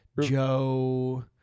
Joe